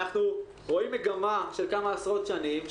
אנחנו רואים מגמה של כמה עשרות שנים,